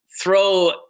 throw